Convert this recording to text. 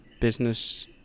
business